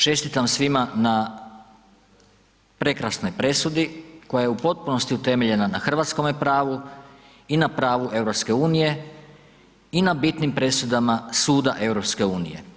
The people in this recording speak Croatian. Čestitam svima na prekrasnoj presudi koja je u potpunosti utemeljena na hrvatskome pravu i na pravu EU i na bitnim presudama suda EU.